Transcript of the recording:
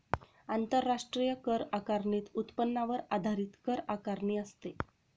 आंतरराष्ट्रीय कर आकारणीत उत्पन्नावर आधारित कर आकारणी असते